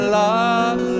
love